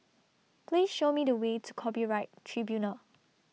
Please Show Me The Way to Copyright Tribunal